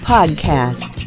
Podcast